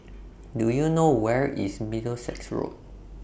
Do YOU know Where IS Middlesex Road